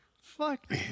Fuck